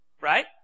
right